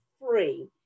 free